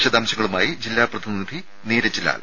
വിശദാംശങ്ങളുമായി ജില്ലാ പ്രതിനിധി നീരജ് ലാൽ